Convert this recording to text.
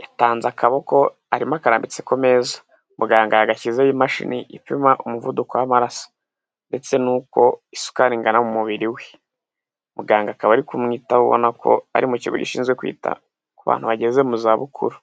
Yatanze akaboko, akarambitse ku meza. Muganga yagashyizeho imashini ipima umuvuduko w'mararaso, ndetse n'uko isukari ingana mu mubiri we. Muganga akaba ari kumwitaho, ubona ko ari mu kigo gishinzwe kwita ku bantu bageze mu za bukuru.